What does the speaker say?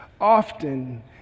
often